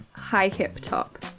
high hip top.